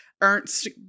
Ernst